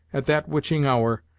at that witching hour,